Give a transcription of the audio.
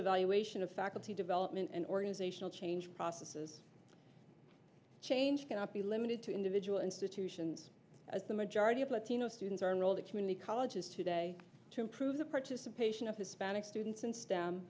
evaluation of faculty development and organizational change processes change cannot be limited to individual institutions as the majority of latino students are and all the community colleges today to improve the participation of hispanic students